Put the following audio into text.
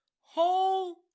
whole